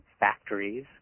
factories